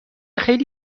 خیلی